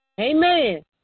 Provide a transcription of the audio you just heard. Amen